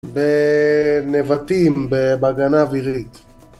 בנבטים, בהגנה אווירית